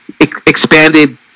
expanded